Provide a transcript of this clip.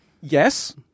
Yes